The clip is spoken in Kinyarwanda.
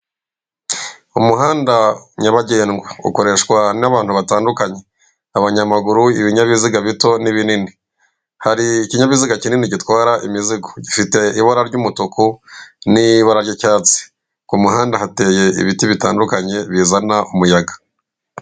Umuhanda nyabagendwa, ukoreshwa n'abantu batandukanye, abanyamaguru, ibinyabiziga bito n'ibinini. Hari ikinyabiziga kinini gitwara imizigo, gifite ibara ry'umutuku n'ibara ry'icyatsi. Ku muhanda hateye ibiti bitandukanye bizana umuyaga.